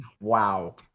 wow